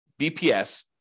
BPS